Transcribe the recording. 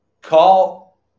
Call